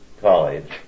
college